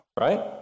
right